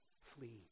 Flee